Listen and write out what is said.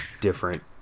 different